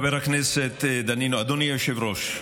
אדוני היושב-ראש,